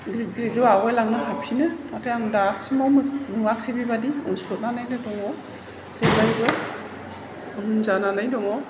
ग्रिग्रि आवगायलांनो हाफिनो नाथाय आं दासिमाव नुयासै बेबादि उनस्लथ नानैनो दंङ जेब्लायबो उन जानानै दंङ